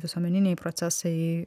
visuomeniniai procesai